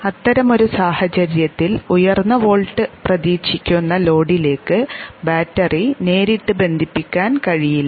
അത്തരമൊരു സാഹചര്യത്തിൽ ഉയർന്ന വോൾട്ട് പ്രതീക്ഷിക്കുന്ന ലോഡിലേക്ക് ബാറ്ററി നേരിട്ട് ബന്ധിപ്പിക്കാൻ കഴിയില്ല